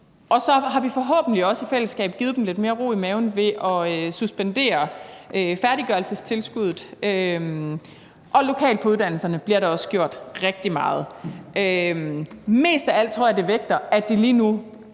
Og så har vi forhåbentlig også i fællesskab givet dem lidt mere ro i maven ved at suspendere færdiggørelsestilskuddet – og lokalt på uddannelserne bliver der også gjort rigtig meget. Mest af alt tror jeg det vægter, at de lige nu